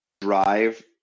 drive